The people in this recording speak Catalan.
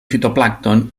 fitoplàncton